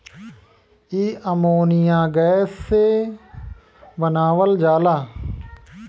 इ ammonia gas से बनावल जाला